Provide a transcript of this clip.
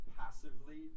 passively